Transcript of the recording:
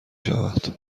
شود